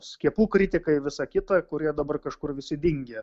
skiepų kritikai visą kitą kurie dabar kažkur visi dingę